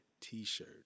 T-shirt